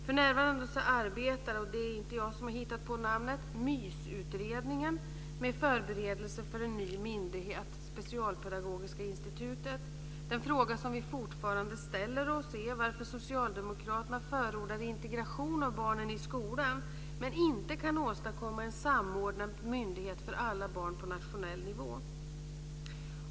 För närvarande arbetar - och det är inte jag som har hittat på namnet - MYS Specialpedagogiska institutet. Den fråga som vi fortfarande ställer oss är varför Socialdemokraterna förordar integration av barnen i skolan men inte kan åstadkomma en samordnad myndighet för alla barn på nationell nivå.